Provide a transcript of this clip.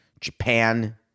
Japan